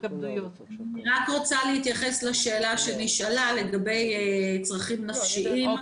אני רק רוצה להתייחס לשאלה שנשאלה לגבי צרכים נפשיים.